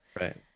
right